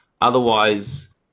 Otherwise